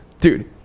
dude